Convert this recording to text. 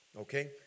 Okay